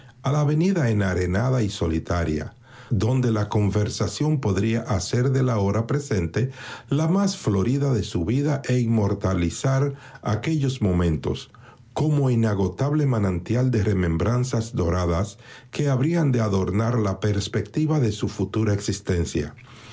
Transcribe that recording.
a la avenida enarenada y solitaria donde la conversación podría hacer de la hora presente la más florida de su vida e inmortalizar aquellos momentos como inagotable manantial de remembranzas doradas que'habrían de adornar la perspectiva de su futura existencia